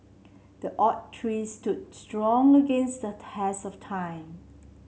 the oak tree stood strong against the test of time